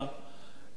של